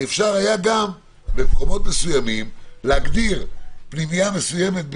אפשר היה במקומות מסוימים להגדיר פנימייה מסוימת,